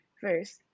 first